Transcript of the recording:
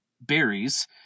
berries